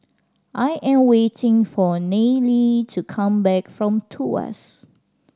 I am waiting for Nayely to come back from Tuas